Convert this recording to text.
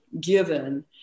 given